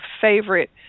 favorite